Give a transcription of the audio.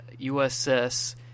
USS